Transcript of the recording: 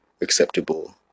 acceptable